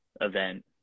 event